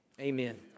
amen